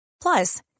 Plus